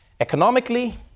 economically